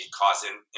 causing